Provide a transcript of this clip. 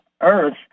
earth